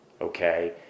Okay